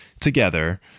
together